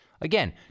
Again